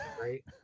right